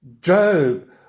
Job